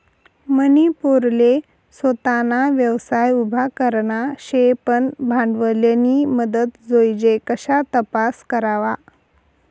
मनी पोरले सोताना व्यवसाय उभा करना शे पन भांडवलनी मदत जोइजे कशा तपास करवा?